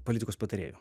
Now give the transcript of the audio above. politikos patarėjų